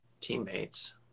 teammates